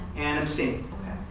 and abstain.